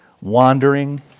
wandering